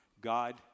God